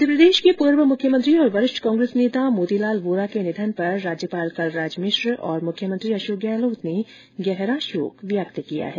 मध्यप्रदेश के पूर्व मुख्यमंत्री और वरिष्ठ कांग्रेस नेता मोतीलाल वोरा के निधन पर राज्यपाल कलराज भिश्र और मुख्यमंत्री अशोक गहलोत ने गहरा शोक व्यक्त किया है